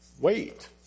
wait